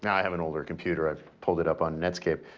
i have an older computer. i pulled it up on netscape.